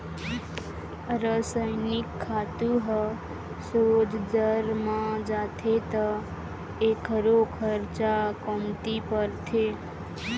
रसइनिक खातू ह सोझ जर म जाथे त एखरो खरचा कमती परथे